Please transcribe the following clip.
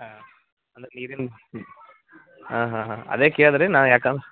ಹಾಂ ಅಂದರೆ ನೀರಿನ ಹಾಂ ಹಾಂ ಹಾಂ ಅದೇ ಕೇಳಿದ್ರಿ ನಾ ಯಾಕಂದ್ರ್